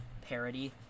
parody